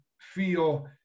feel